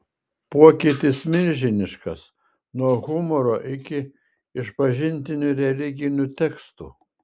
pokytis milžiniškas nuo humoro iki išpažintinių religinių tekstų